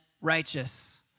righteous